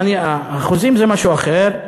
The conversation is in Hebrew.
אחוזים זה משהו אחר.